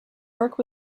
work